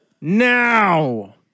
Now